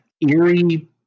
eerie